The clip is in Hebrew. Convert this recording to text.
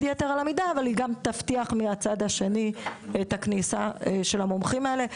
יתר על המידה אבל תבטיח מהצד השני את הכניסה של המומחים האלה.